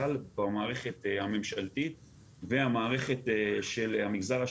במערכת הממשלתית והמערכת של המגזר השלישי,